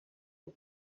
ngo